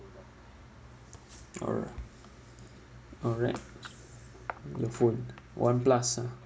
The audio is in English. alright alright the phone oneplus ah